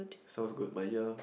sounds good my ear